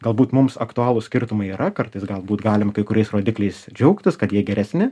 galbūt mums aktualūs skirtumai yra kartais galbūt galim kai kuriais rodikliais džiaugtis kad jie geresni